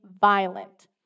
violent